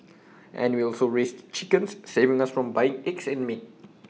and we also raised chickens saving us from buying eggs and meat